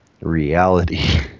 reality